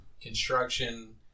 construction